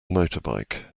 motorbike